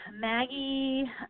Maggie